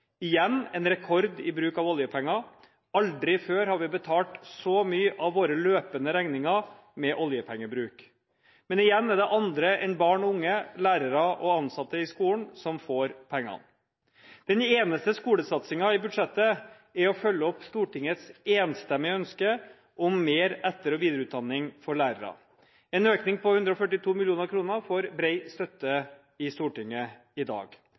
Igjen er det en rekord i bruk av oljepenger – aldri før har vi betalt så mange av våre løpende regninger med oljepengebruk. Men igjen er det andre enn barn og unge, lærere og ansatte i skolen som får pengene. Den eneste skolesatsingen i budsjettet er å følge opp Stortingets enstemmige ønske om mer til etter- og videreutdanning for lærere. En økning på 142 mill. kr får bred støtte i Stortinget i dag.